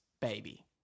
baby